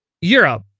Europe